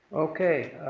okay.